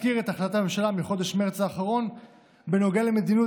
אזכיר את החלטת הממשלה מחודש מרץ האחרון בנוגע למדיניות